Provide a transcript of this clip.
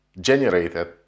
generated